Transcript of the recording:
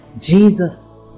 Jesus